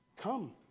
come